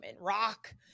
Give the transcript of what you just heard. Rock